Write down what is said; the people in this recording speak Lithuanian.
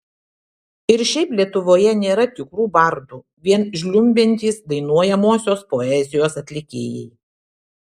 ir šiaip lietuvoje nėra tikrų bardų vien žliumbiantys dainuojamosios poezijos atlikėjai